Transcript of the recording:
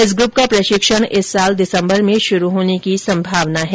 इस ग्रप का प्रशिक्षण इस वर्ष दिसंबर में शुरू होने की संभावना है